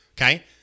okay